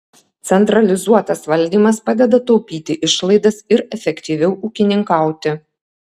centralizuotas valdymas padeda taupyti išlaidas ir efektyviau ūkininkauti